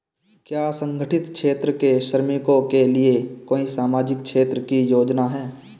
क्या असंगठित क्षेत्र के श्रमिकों के लिए कोई सामाजिक क्षेत्र की योजना है?